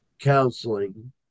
counseling